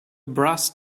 brass